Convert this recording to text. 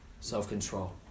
Self-control